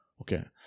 Okay